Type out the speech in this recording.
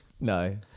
no